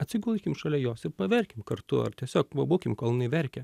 atsigulkim šalia jos ir paverkim kartu ar tiesiog pabūkim kol jinai verkia